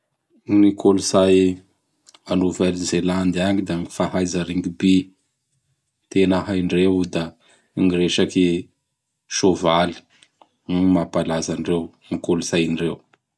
Gny kolotsay a Nouvel Zelandy agny da gn fahaiza Rugby, tena haindreo io, da gn resaky Sôvaly. Io gn mapalaza andreo, gn kolotsaindreo.